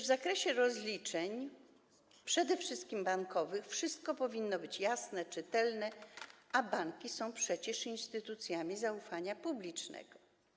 W zakresie rozliczeń, przede wszystkim bankowych, wszystko powinno być jasne, czytelne, a banki są przecież instytucjami zaufania publicznego.